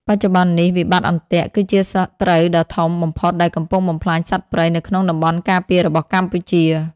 បច្ចុប្បន្ននេះ "វិបត្តិអន្ទាក់" គឺជាសត្រូវដ៏ធំបំផុតដែលកំពុងបំផ្លាញសត្វព្រៃនៅក្នុងតំបន់ការពាររបស់កម្ពុជា។